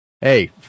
hey